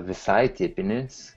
visai tipinis